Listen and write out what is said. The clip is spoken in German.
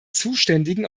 zuständigen